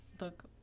look